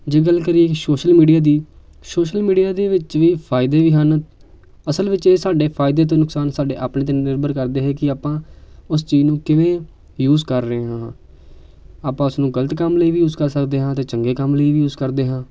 ਜੇ ਗੱਲ ਕਰੀਏ ਸੋਸ਼ਲ ਮੀਡੀਆ ਦੀ ਸੋਸ਼ਲ ਮੀਡੀਆ ਦੇ ਵਿੱਚ ਵੀ ਫਾਇਦੇ ਵੀ ਹਨ ਅਸਲ ਵਿੱਚ ਇਹ ਸਾਡੇ ਫਾਇਦੇ ਅਤੇ ਨੁਕਸਾਨ ਸਾਡੇ ਆਪਣੇ 'ਤੇ ਨਿਰਭਰ ਕਰਦੇ ਹੈ ਕਿ ਆਪਾਂ ਉਸ ਚੀਜ਼ ਨੂੰ ਕਿਵੇਂ ਯੂਜ ਕਰ ਰਹੇ ਹਾਂ ਆਪਾਂ ਉਸਨੂੰ ਗਲਤ ਕੰਮ ਲਈ ਵੀ ਯੂਜ ਕਰ ਸਕਦੇ ਹਾਂ ਅਤੇ ਚੰਗੇ ਕੰਮ ਲਈ ਵੀ ਯੂਜ ਕਰਦੇ ਹਾਂ